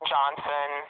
Johnson